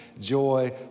joy